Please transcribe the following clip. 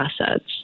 assets